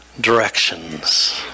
directions